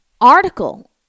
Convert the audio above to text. article